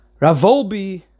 Ravolbi